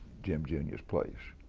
jim jr s place.